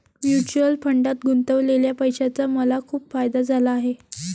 mutual फंडात गुंतवलेल्या पैशाचा मला खूप फायदा झाला आहे